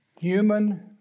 human